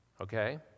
Okay